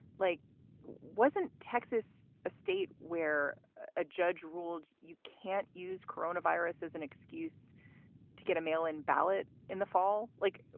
like wasn't texas a state where a judge ruled you can't use corona virus as an excuse to get a mail in ballot in the fall? like,